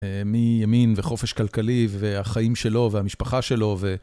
מימין וחופש כלכלי והחיים שלו והמשפחה שלו ו...